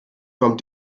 kommt